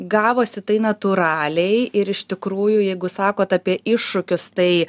gavosi tai natūraliai ir iš tikrųjų jeigu sakot apie iššūkius tai